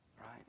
Right